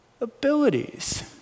abilities